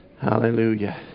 Hallelujah